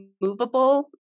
movable